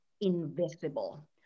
invisible